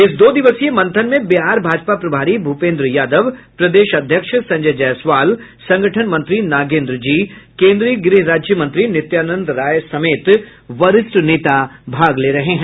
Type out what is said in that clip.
इस दो दिवसीय मंथन में बिहार भाजपा प्रभारी भूपेन्द्र यादव प्रदेश अध्यक्ष संजय जायसवाल संगठन मंत्री नागेन्द्र जी केन्द्रीय गृह राज्य मंत्री नित्यानंद राय समेत वरिष्ठ नेता भाग ले रहे हैं